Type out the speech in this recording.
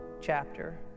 Chapter